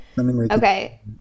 okay